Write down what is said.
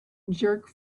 jerk